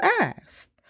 asked